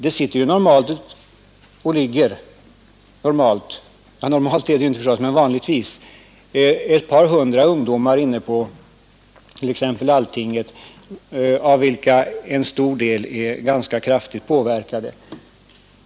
Där sitter och ligger vanligtvis ett par hundra ungdomar, av vilka en stor del är ganska kraftigt påverkade.